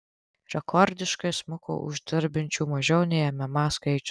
rekordiškai smuko uždirbančių mažiau nei mma skaičius